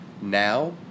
Now